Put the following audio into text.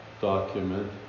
document